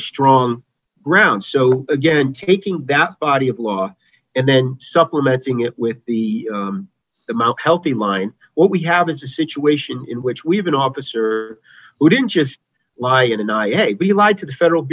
strong ground so again taking that body of law and then supplementing it with the most healthy line what we have is a situation in which we have an officer who didn't just lie in the night but he lied to the federal